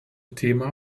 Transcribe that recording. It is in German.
thema